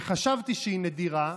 שחשבתי שהיא נדירה,